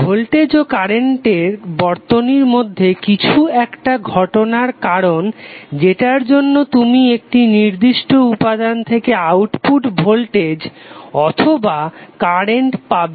voltage ও current বর্তনীর মধ্যে কিছু একটা ঘটনার কারণ যেটার জন্য তুমি একটি নির্দিষ্ট উপাদান থেকে আউটপুট ভোল্টেজ অথবা কারেন্ট পাবে